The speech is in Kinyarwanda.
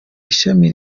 ishami